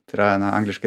tai yra na angliškai